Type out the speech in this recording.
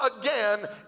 again